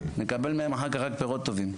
נקבל מהם אחר כך רק פירות טובים.